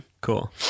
Cool